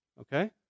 Okay